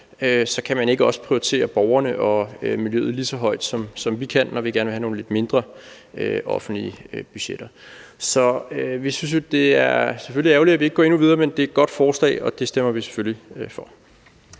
kan man ikke også prioritere borgerne og miljøet lige så højt, som vi kan, når vi gerne vil have nogle mindre offentlige budgetter. Vi synes selvfølgelig, det er ærgerligt, at vi ikke går endnu videre, men det er et godt forslag, og det stemmer vi selvfølgelig for.